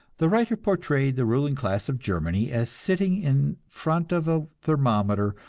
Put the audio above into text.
the writer portrayed the ruling class of germany as sitting in front of a thermometer,